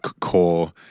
core